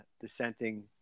dissenting